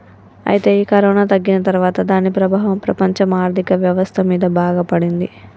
అయితే ఈ కరోనా తగ్గిన తర్వాత దాని ప్రభావం ప్రపంచ ఆర్థిక వ్యవస్థ మీద బాగా పడింది